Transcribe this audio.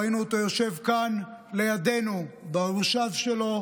ראינו אותו יושב כאן לידינו במושב שלו,